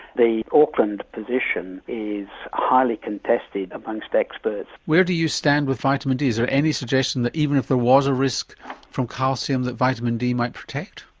the auckland position is highly contested amongst experts. where do you stand with vitamin d, is there any suggestion that even if there was a risk from calcium that vitamin d might protect?